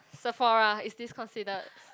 Sephora is this considered